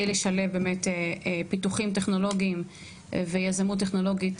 לשלב באמת פיתוחים טכנולוגיים ויזמות טכנולוגית,